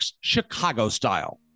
Chicago-style